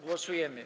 Głosujemy.